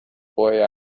boy